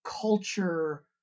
culture